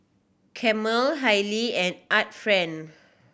Camel Haylee and Art Friend